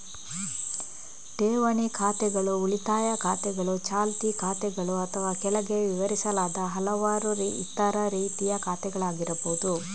ಠೇವಣಿ ಖಾತೆಗಳು ಉಳಿತಾಯ ಖಾತೆಗಳು, ಚಾಲ್ತಿ ಖಾತೆಗಳು ಅಥವಾ ಕೆಳಗೆ ವಿವರಿಸಲಾದ ಹಲವಾರು ಇತರ ರೀತಿಯ ಖಾತೆಗಳಾಗಿರಬಹುದು